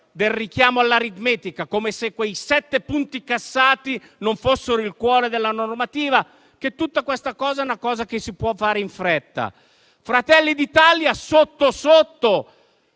un richiamo all'aritmetica, come se quei sette punti cassati non fossero il cuore della normativa, che tutta questa cosa si può fare in fretta. Fratelli d'Italia, sotto sotto,